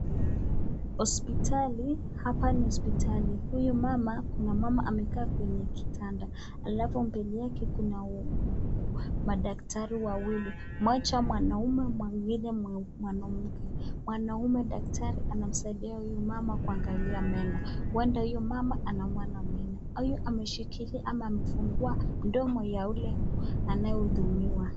Hospitali, hapa ni hospitali huyu mama kuna mama amekaa kwenye kitanda alafu mbele yake kuna madaktari wawili, mmoja mwanaume mwengine mwanamke. Mwanaume daktari anamsaidia huyu mama kuangalia meno huenda huyu mama anaumwa na meno. Huyu ameshikilia ama amefungua mdomo ya yule anayehudumiwa.